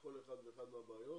למשל: